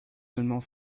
seulement